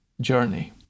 journey